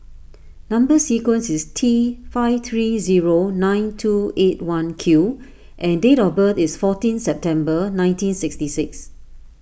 Number Sequence is T five three zero nine two eight one Q and date of birth is fourteen September nineteen sixty six